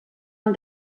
han